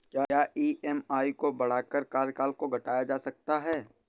क्या ई.एम.आई को बढ़ाकर कार्यकाल को घटाया जा सकता है?